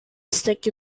stick